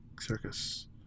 Circus